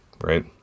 right